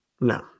No